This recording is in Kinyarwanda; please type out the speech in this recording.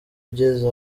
ugeze